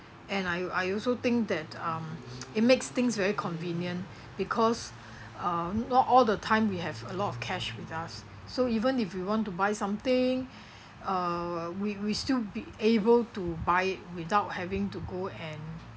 and I I also think that um it makes things very convenient because uh not all the time we have a lot of cash with us so even if you want to buy something uh we we still be able to buy it without having to go and